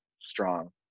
strong